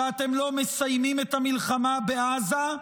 שאתם לא מסיימים את המלחמה בעזה,